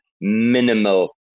minimal